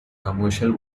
commercial